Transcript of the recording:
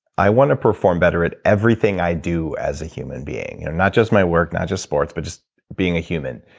i want to perform better with everything i do as a human being, not just my work, not just sports but just being a human.